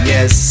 Yes